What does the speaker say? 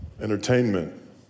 Entertainment